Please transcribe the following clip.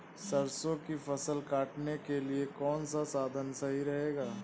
सरसो की फसल काटने के लिए कौन सा साधन सही रहेगा?